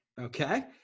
Okay